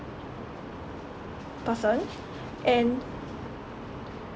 person and